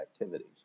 activities